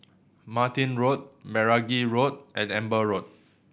Martin Road Meragi Road and Amber Road